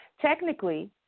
Technically